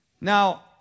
Now